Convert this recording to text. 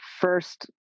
first